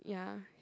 ya